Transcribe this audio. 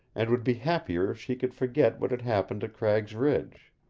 and would be happier if she could forget what had happened at cragg's ridge.